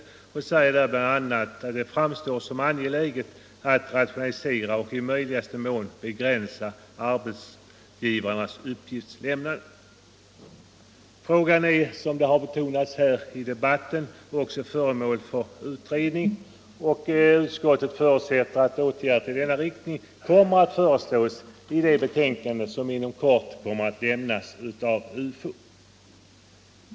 Utskottet säger bl.a.: ”Det framstår därför som angeläget att rationalisera och i möjligaste mån begränsa arbetsgivarnas uppgiftslämnande.” Som man har betonat här i debatten är frågan också föremål för utredning. Utskottet förutsätter att åtgärder i denna riktning kommer att föreslås i det betänkande som inom kort lämnas av UFU.